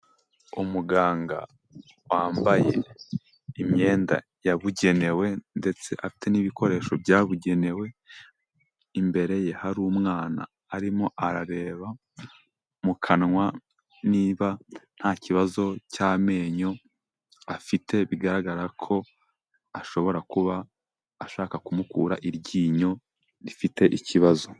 Umuganga wambaye imyenda yabugenewe ndetse afite n'ibikoresho byabugenewe, imbere ye hari umwana arimo arareba mu kanwa niba nta kibazo cy'amenyo afite, bigaragara ko ashobora kuba ashaka kumukura iryinyo rifite ikibazo.